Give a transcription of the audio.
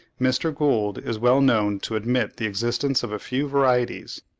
mr. gould is well known to admit the existence of few varieties,